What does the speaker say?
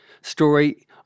story